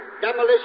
demolition